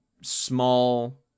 small